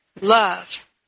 love